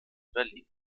berlin